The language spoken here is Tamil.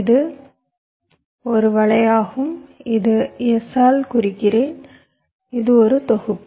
இது ஒரு வலையாகும் இது S ஆல் குறிக்கிறேன் இது ஒரு தொகுப்பு